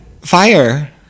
Fire